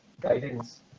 guidance